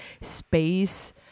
space